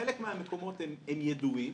חלק מהמקומות הם ידועים,